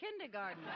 kindergarten